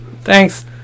Thanks